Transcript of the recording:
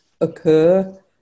occur